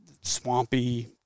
swampy